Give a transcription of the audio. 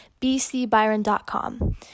bcbyron.com